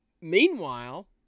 meanwhile